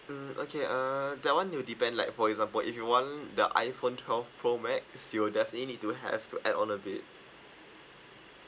mm okay uh that one will depend like for example if you want the iPhone twelve pro max you'll definitely need to have to add on a bit